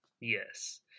Yes